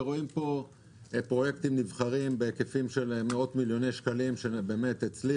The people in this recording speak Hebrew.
ורואים פה פרויקטים נבחרים בהיקפים של מאות מיליוני שקלים שהצליחו.